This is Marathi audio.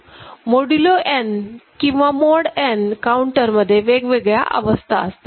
मोदूलो n किंवा मोड n काउंटर मध्ये वेगवेगळया अवस्था असतात